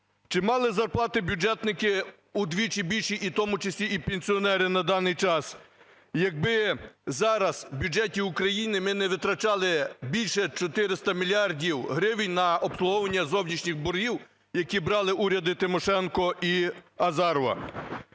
Чи мали зарплати бюджетники вдвічі більші, і в тому числі і пенсіонери на даний час, якби зараз в бюджеті України ми не витрачали більше 400 мільярдів гривень на обслуговування зовнішніх боргів, які брали уряди Тимошенко і Азарова?